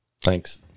Thanks